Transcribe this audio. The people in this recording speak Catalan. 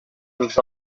els